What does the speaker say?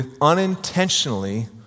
unintentionally